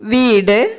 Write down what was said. വീട്